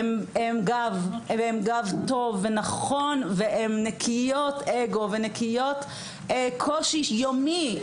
הן גב טוב ונכון, והן נקיות אגו ונקיות קושי יומי.